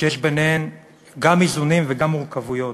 שיש ביניהן גם איזונים וגם מורכבויות,